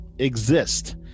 Exist